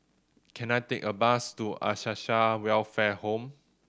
can I take a bus to Acacia Welfare Home